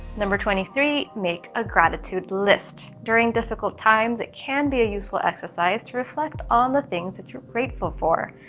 number twenty three make a gratitude list. during difficult times it can be a useful exercise to reflect on the things that you're grateful for.